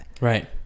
Right